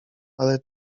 ale